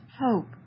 hope